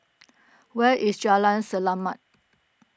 where is Jalan Selamat